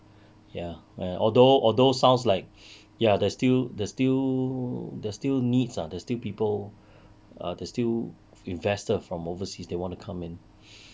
ya and although although sounds like ya there's still there's still there's still needs ah there's still people err there's still investor from overseas they want to come in